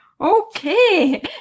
Okay